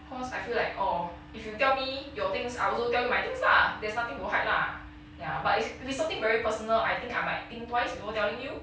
cause I feel like oh if you tell me your things I also tell my things lah there's nothing to hide lah ya but if it's something very personal I think I might think twice before telling you